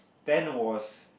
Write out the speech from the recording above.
ten was